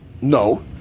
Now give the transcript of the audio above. no